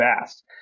fast